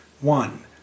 One